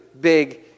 big